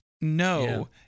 No